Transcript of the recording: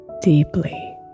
deeply